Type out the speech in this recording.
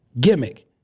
Gimmick